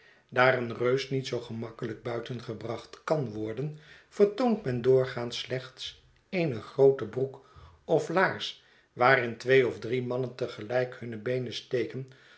een reus niet zoo gemakkehjk buitengebracht kah worden vertoont men doorgaans slechts eene groote broek of laars waarin twee of drie mannen te gelijk hunne beenen steken